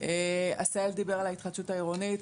עשהאל דיבר על ההתחדשות העירונית,